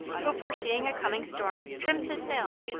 who, foreseeing a coming storm, trims his sails,